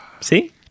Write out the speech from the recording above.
See